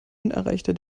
unerreichter